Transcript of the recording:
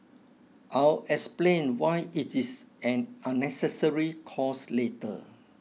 I'll explain why it is an unnecessary cost later